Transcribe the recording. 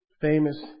famous